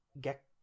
get